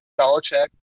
Belichick